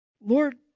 Lord